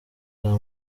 bwa